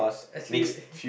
actually